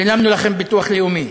שילמנו לכם ביטוח לאומי,